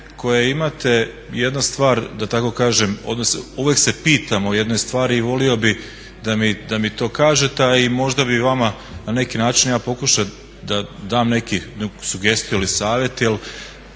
koje imate jedna stvar da tako kažem odnosno uvijek se pitam o jednoj stvari i i volio bi da mi to kažete, a možda bi i vama na neki način ja pokušao da dam neku sugestiju ili savjet